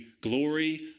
glory